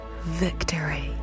victory